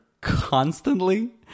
constantly